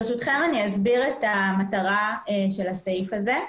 ברשותכם, אני אסביר את המטרה של הסעיף הזה.